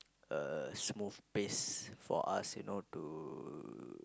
a smooth pace for us you know to